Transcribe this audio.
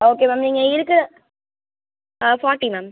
okay ma'am நீங்கள் இருக்கிற forty ma'am